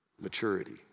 Maturity